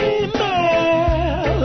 email